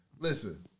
Listen